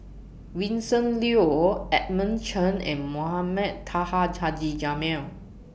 Vincent Leow Edmund Chen and Mohamed Taha Haji Jamil